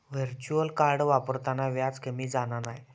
virtual card वापरताना व्याज कमी जाणा नाय